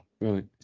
Right